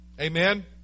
Amen